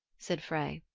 said frey.